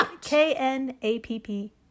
K-N-A-P-P